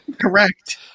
Correct